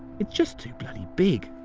it's just too bloody big.